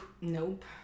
nope